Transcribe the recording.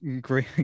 great